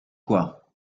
quoi